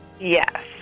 Yes